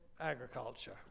agriculture